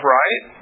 right